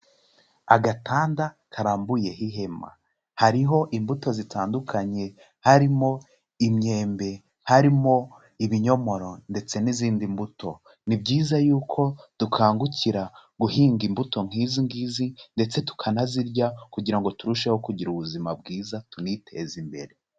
Agatanda karambuyeho ihema. Hariho imbuto zitandukanye harimo imyembe, harimo ibinyomoro ndetse n'izindi mbuto. Ni byiza yuko dukangukira guhinga imbuto nk'izi ngizi ndetse tukanazirya kugira ngo turusheho kugira ubuzima bwiza, tuniteze imbere.